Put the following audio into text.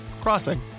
crossing